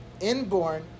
inborn